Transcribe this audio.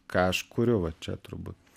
ką aš kuriu va čia turbūt